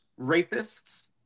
rapists